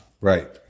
Right